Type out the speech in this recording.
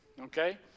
okay